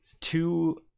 two